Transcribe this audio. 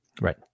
Right